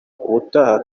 ubutaha